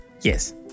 Yes